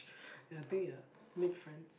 and I think uh make friends